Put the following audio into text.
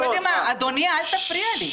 אדוני, אל תפריע לי.